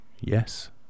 Yes